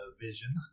vision